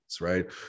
right